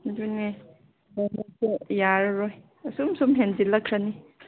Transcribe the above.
ꯑꯗꯨꯅꯦ ꯀ꯭ꯂꯥꯏꯃꯦꯠꯁꯦ ꯌꯥꯔꯔꯣꯏ ꯁꯨꯝ ꯁꯨꯝ ꯍꯦꯟꯖꯤꯜꯂꯛꯈ꯭ꯔꯅꯤ